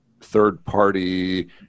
third-party